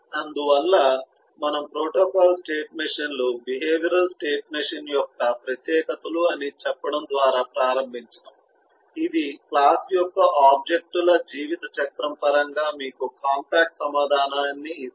అందువల్ల మనము protocol state మెషీన్లు బిహేవియరల్ స్టేట్ మెషీన్ యొక్క ప్రత్యేకతలు అని చెప్పడం ద్వారా ప్రారంభించాము ఇది క్లాస్ యొక్క ఆబ్జెక్ట్ ల జీవితచక్రం పరంగా మీకు కాంపాక్ట్ సమాచారాన్ని ఇస్తుంది